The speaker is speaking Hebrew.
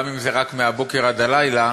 גם אם זה רק מהבוקר עד הלילה,